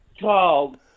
called